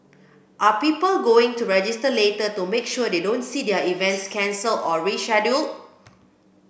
are people going to register later to make sure they don't see their events cancelled or rescheduled